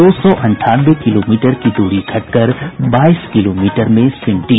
दो सौ अंठानवे किलोमीटर की दूरी घटकर बाईस किलोमीटर में सिमटी